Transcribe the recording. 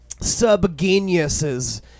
sub-geniuses